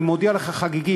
אני מודיע לך חגיגית,